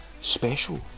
special